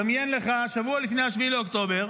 דמיין לך ששבוע לפני 7 באוקטובר